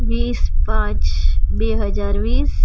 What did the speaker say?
વીસ પાંચ બે હજાર વીસ